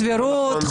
הסבירות.